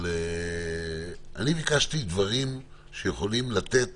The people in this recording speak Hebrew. ביקשתי דברים שיכולים לתת